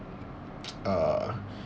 uh